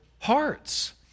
hearts